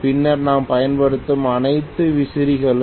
பின்னர் நாம் பயன்படுத்தும் அனைத்து விசிறிகளும்